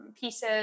pieces